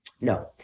No